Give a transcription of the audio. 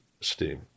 steam